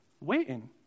waiting